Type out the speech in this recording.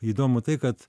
įdomu tai kad